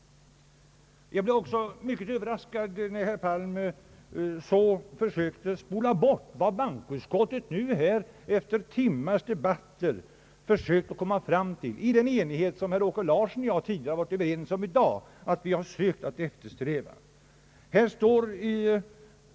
Jag blev också mycket överraskad när herr Palm försökte spola bort vad bankoutskottet har skrivit och därmed den enighet som vi efter timmars debatter har försökt komma fram till och som herr Åke Larsson och jag tidigare i dag har ansett vara eftersträvansvärd.